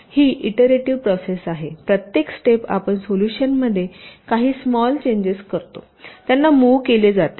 ही iterative process आहे प्रत्येक step आपण सोल्यूशनमध्ये काही स्मॉल चजेस करतो त्यांना मूव्ह केले जाते